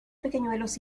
pequeñuelos